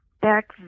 back